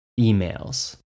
emails